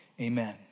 Amen